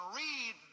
read